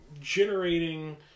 generating